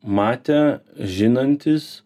matę žinantys